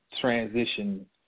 Transition